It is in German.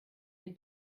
dem